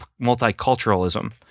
multiculturalism